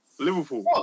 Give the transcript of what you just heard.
Liverpool